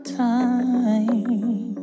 time